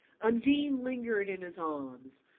undine lingered in his arms,